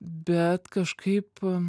bet kažkaip